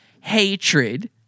hatred